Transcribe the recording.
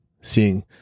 seeing